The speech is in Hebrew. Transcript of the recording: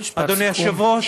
אדוני היושב-ראש,